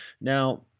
now